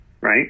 right